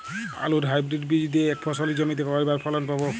আলুর হাইব্রিড বীজ দিয়ে এক ফসলী জমিতে কয়বার ফলন পাব?